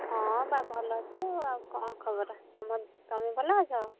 ହଁ ବା ଭଲ ଅଛି ଆଉ ଆଉ କ'ଣ ଖବର ତମ ତମେ ଭଲ ଅଛ